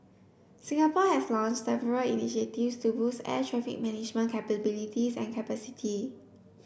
Singapore has launched several initiatives to boost air traffic management capabilities and capacity